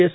S